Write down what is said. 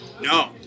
No